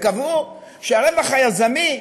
קבעו שהרווח היזמי,